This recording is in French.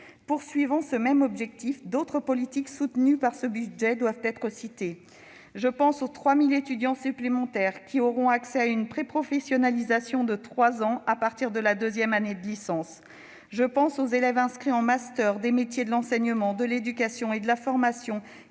net. Visant le même objectif, d'autres politiques soutenues par ce budget doivent être citées : je pense aux 3 000 étudiants supplémentaires qui auront accès à une préprofessionnalisation de trois ans à partir de la deuxième année de licence ; je pense également aux élèves inscrits en master des métiers de l'enseignement, de l'éducation et de la formation,